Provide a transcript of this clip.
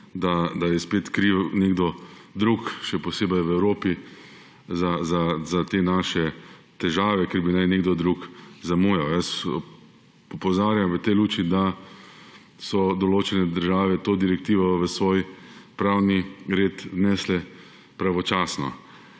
da je spet kriv nekdo drug, še posebej v Evropi, za te naše težave, ker bi naj nekdo drug zamujal. Jaz opozarjam v tej luči, da so določene države to direktivo v svoj pravni red vnesle pravočasno.